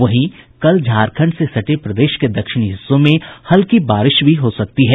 वहीं कल झारखंड से सटे प्रदेश के दक्षिणी हिस्सों में हल्की बारिश भी हो सकती है